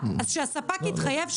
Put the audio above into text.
אז שהספק יתחייב,